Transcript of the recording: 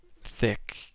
thick